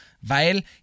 weil